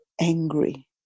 angry